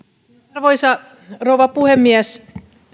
arvoisa rouva puhemies